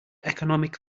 economic